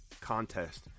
contest